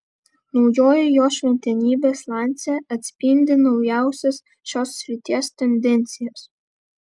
naujoji jo šventenybės lancia atspindi naujausias šios srities tendencijas